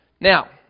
Now